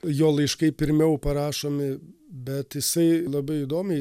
jo laiškai pirmiau parašomi bet jisai labai įdomiai